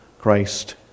Christ